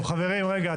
טוב חברים, רגע.